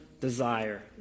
desire